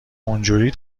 اونجوری